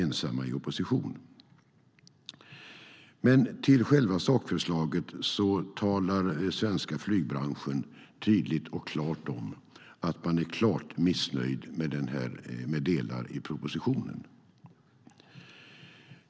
När det gäller själva sakförslaget talar den svenska flygbranschen tydligt och klart om att man är klart missnöjd med delar i propositionen.